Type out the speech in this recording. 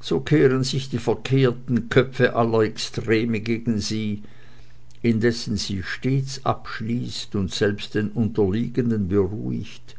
so kehren sich die verkehrten köpfe aller extreme gegen sie indessen sie stets abschließt und selbst den unterliegenden beruhigt